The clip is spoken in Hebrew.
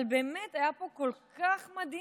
אבל באמת, היה פה כל כך מדהים?